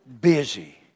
busy